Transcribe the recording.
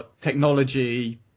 technology